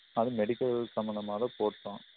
அதுவும் மெடிக்கல் சம்மந்தமாக தான் போட்டோம்